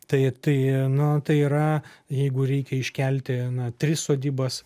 tai tai nu tai yra jeigu reikia iškelti na tris sodybas